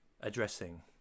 addressing